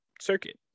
circuit